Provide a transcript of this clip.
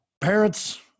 Parents